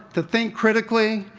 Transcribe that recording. to think critically,